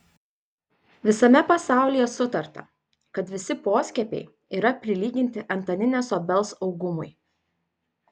visame pasaulyje sutarta kad visi poskiepiai yra prilyginti antaninės obels augumui